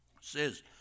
says